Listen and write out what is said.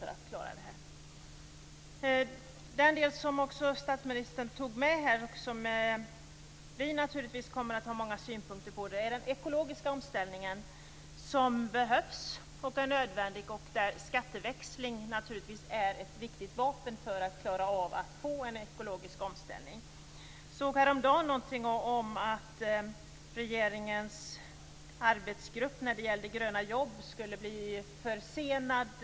Statsministern tog upp frågan om den ekologiska omställningen, och den har vi naturligtvis synpunkter på. Den behövs och är nödvändig. Skatteväxling är ett viktigt vapen för att klara av en ekologisk omställning. Jag såg häromdagen att regeringens arbetsgrupp för gröna jobb skulle bli försenad.